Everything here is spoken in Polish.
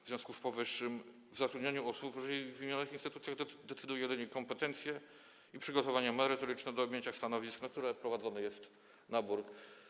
W związku z powyższym o zatrudnianiu osób w ww. instytucjach decydują jedynie kompetencja i przygotowanie merytoryczne do objęcia stanowisk, na które prowadzony jest nabór.